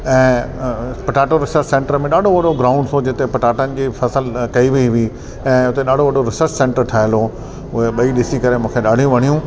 ऐं potato research centre में ॾाढो वॾो ग्राउंड फ्लोर जिते पटाटन जी फसल कई वई हुई ऐं उते ॾाढो वॾो रीसर्च सेंटर ठहियल हो उहे ॿई ॾिसी करे मूंखे ॾाढियूं वड़ियूं